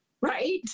Right